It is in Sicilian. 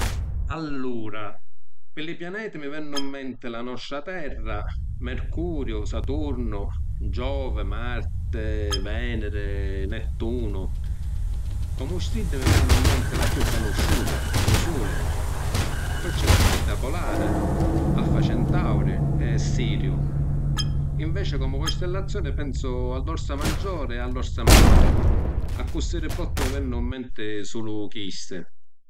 Allura, pi li pianeti mi vennu ‘n menti la nostra Terra, Mercuriu, Saturnu, Giovi, Marti, Veneri, Nettunu… Comu stiddi mi veni ‘n menti la chiù canusciuta: lu suli. Poi c’è la stidda polari, alfa centauri e Siriu. Inveci comu costellazioni pensu a l’Orsa Maggiori e a l’Orsa Minori. Accussì di bottu mi vennu ‘n menti sulu chisti.